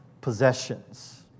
possessions